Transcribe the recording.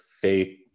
faith